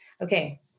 Okay